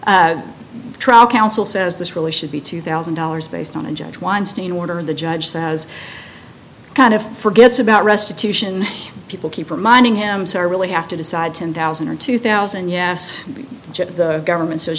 the trial counsel says this really should be to two thousand dollars based on a judge weinstein order and the judge says kind of forgets about restitution people keep reminding him sorry really have to decide ten thousand or two thousand yes the government says